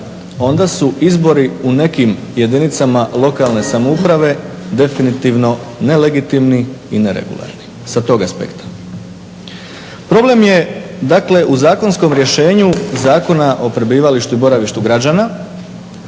onda su izbori u nekim jedinicama lokalne samouprave definitivno nelegitimni i neregularni sa tog aspekta. Problem je dakle u zakonskom rješenju Zakona o prebivalištu i boravištu građana